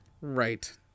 Right